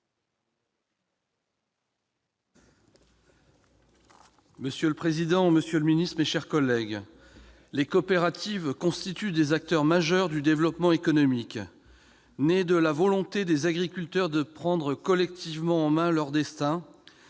Monsieur le président, monsieur le ministre, mes chers collègues, les coopératives constituent des acteurs majeurs du développement économique. Nées de la volonté des agriculteurs de prendre collectivement en main leur destin,